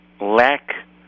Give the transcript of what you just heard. lack